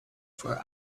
for